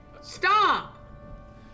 Stop